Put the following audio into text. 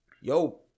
yo